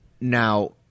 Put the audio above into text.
Now